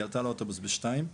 היא עלתה לאוטובוס בשתיים,